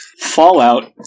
Fallout